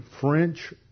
French